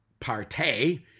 partay